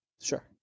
Sure